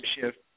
shift